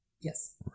yes